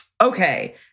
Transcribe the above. Okay